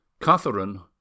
Catherine